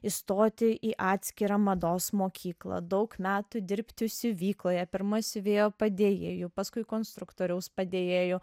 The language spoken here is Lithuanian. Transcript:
įstoti į atskirą mados mokyklą daug metų dirbti siuvykloje pirma siuvėjo padėjėju paskui konstruktoriaus padėjėju